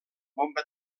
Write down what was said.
bomba